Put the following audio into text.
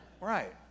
Right